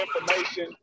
information